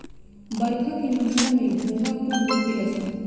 बरखा के महिना में घोंघा खूब होखेल सन